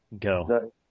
Go